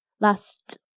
Last